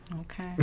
Okay